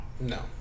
No